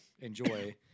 enjoy